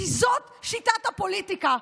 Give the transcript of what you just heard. כי זאת שיטת הפוליטיקה.